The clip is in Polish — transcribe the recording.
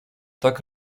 tak